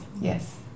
yes